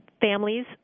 families